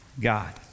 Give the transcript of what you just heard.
God